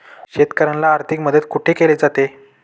शेतकऱ्यांना आर्थिक मदत कुठे केली जाते?